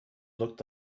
looked